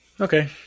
Okay